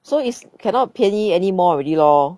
so is cannot 便宜 anymore already lor